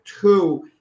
two